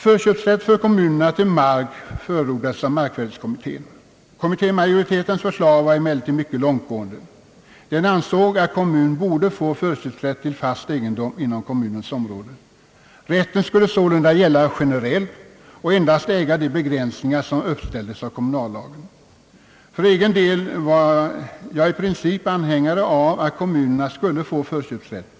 Förköpsrätt för kommunerna = till mark förordades av markvärdekommittén, Kommittémajoritetens förslag var emellertid mycket långtgående. Den ansåg att kommun borde få förköpsrätt till fast egendom inom kommunens område, Rätten skulle sålunda gälla generellt och endast äga de begränsningar som uppställdes av kommunallagen. För egen del var jag i princip anhängare av att kommunerna skulle få förköpsrätt,